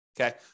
Okay